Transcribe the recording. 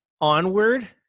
onward